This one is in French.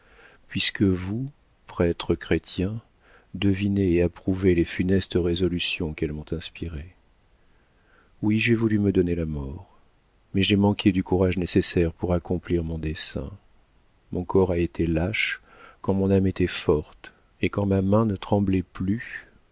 puisque vous prêtre chrétien devinez et approuvez les funestes résolutions qu'elles m'ont inspirées oui j'ai voulu me donner la mort mais j'ai manqué du courage nécessaire pour accomplir mon dessein mon corps a été lâche quand mon âme était forte et quand ma main ne tremblait plus